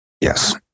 Yes